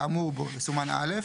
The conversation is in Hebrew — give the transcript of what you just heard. האמור בו יסומן "(א)"